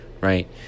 right